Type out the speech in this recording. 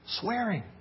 swearing